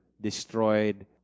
destroyed